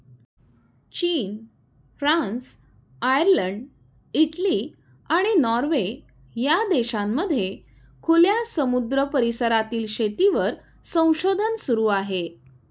चीन, France, Ireland, Italy, आणि Norway या देशांमध्ये खुल्या समुद्र परिसरातील शेतीवर संशोधन सुरू आहे